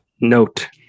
note